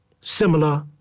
similar